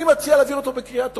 אני מציע להעביר בקריאה טרומית,